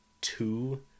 two